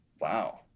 Wow